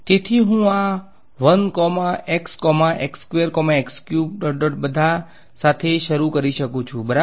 તેથી હું આ બધા સાથે શરૂ કરી શકું છું બરાબર